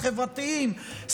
החברתיים,